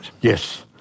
Yes